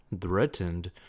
threatened